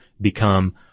become